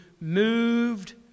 moved